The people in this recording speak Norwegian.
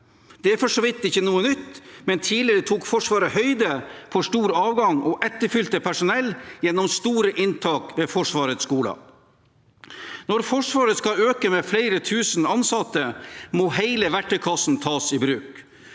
Det for så vidt ikke noe nytt, men tidligere tok Forsvaret høyde for stor avgang og etterfylte personell gjennom store inntak ved Forsvarets skoler. Når Forsvaret skal øke med flere tusen ansatte, må hele verktøykassen tas i bruk.